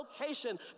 location